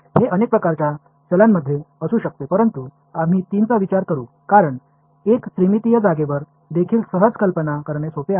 हे अनेक प्रकारच्या चलांमध्ये असू शकते परंतु आम्ही तीनचा विचार करू कारण एक त्रिमितीय जागेवर देखील सहज कल्पना करणे सोपे आहे